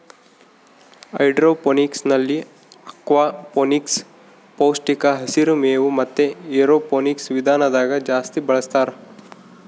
ಹೈಡ್ರೋಫೋನಿಕ್ಸ್ನಲ್ಲಿ ಅಕ್ವಾಫೋನಿಕ್ಸ್, ಪೌಷ್ಟಿಕ ಹಸಿರು ಮೇವು ಮತೆ ಏರೋಫೋನಿಕ್ಸ್ ವಿಧಾನದಾಗ ಜಾಸ್ತಿ ಬಳಸ್ತಾರ